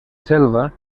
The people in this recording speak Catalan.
selva